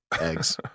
Eggs